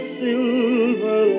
silver